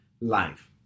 life